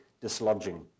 dislodging